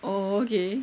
oh okay